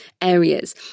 areas